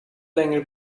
längre